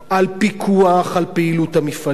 על פיקוח על פעילות המפעלים,